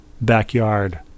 backyard